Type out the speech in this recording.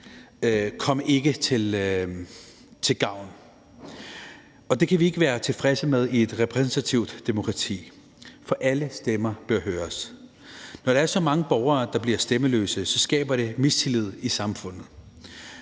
kom ikke til gavn; det kan vi ikke være tilfredse med i et repræsentativt demokrati, for alle stemmer bør høres. Når der er så mange borgere, der bliver stemmeløse, skaber det mistillid i samfundet,